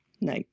No